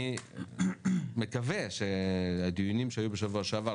אני מקווה שהדיונים שהיו בשבוע שעבר,